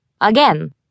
Again